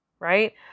Right